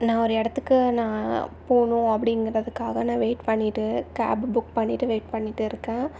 நான் ஒரு இடத்துக்கு நான் போகணும் அப்படிங்கிறதுக்காக நான் வெயிட் பண்ணிகிட்டு கேபு புக் பண்ணிகிட்டு வெயிட் பண்ணிகிட்டு இருக்கேன்